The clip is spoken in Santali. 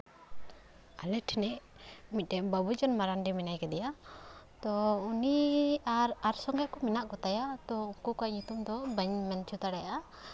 ᱟᱞᱮ ᱴᱷᱮᱱᱤᱡ ᱢᱤᱫᱴᱟᱱ ᱵᱟᱹᱵᱩᱞᱟᱞ ᱢᱟᱨᱟᱱᱰᱤ ᱢᱮᱱᱟᱭ ᱠᱟᱫᱮᱭᱟ ᱛᱳ ᱩᱱᱤ ᱟᱨ ᱟᱨ ᱥᱚᱝᱜᱮ ᱠᱚ ᱢᱮᱱᱟᱜ ᱠᱚᱛᱟᱭᱟ ᱛᱳ ᱩᱱᱠᱩ ᱠᱚᱣᱟᱜ ᱧᱩᱛᱩᱢ ᱫᱚ ᱵᱟᱹᱧ ᱢᱮᱱ ᱦᱚᱪᱚ ᱫᱟᱲᱮᱭᱟᱜᱼᱟ